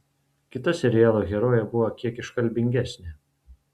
kita serialo herojė buvo kiek iškalbingesnė